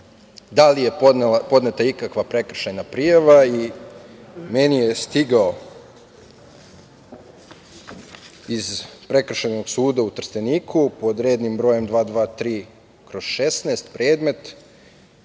da li je podneta ikakva prekršajna prijava? Meni je stigao iz Prekršajnog suda u Trsteniku, pod rednim brojem 223/16, predmet